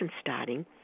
starting